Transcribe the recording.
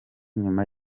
nyuma